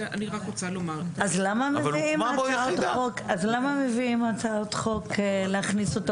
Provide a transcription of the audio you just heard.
אז למה מביאים הצעות חוק להכניס אותו